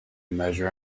measure